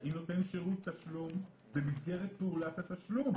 היא נותן שירות תשלום במסגרת פעולת התשלום.